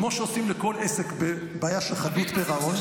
כמו שעושים לכל עסק בבעיה של חדלות פירעון,